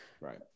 right